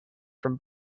from